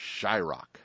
Shyrock